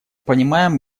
понимаем